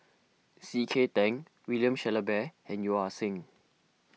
C K Tang William Shellabear and Yeo Ah Seng